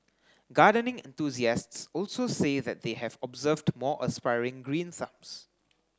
gardening enthusiasts also say that they have observed more aspiring green thumbs